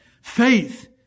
Faith